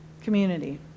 Community